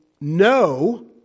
no